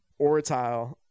Oratile